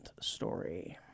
story